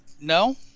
No